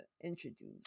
introduce